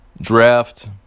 Draft